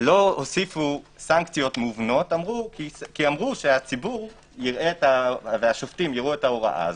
לא הוסיפו סנקציות מובנות כי אמרו שהציבור והשופטים יראו את ההוראה הזו,